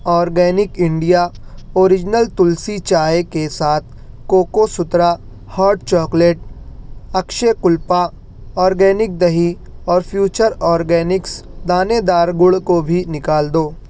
organic India original tulsi چائے کے ساتھ Cocosutra hot chocolate Akshayakalpa organic دہی اور فیوچر آرگینکس دانے دار گڑ کو بھی نکال دو